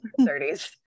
30s